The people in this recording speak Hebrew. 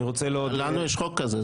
לנו יש חוק כזה.